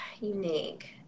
Unique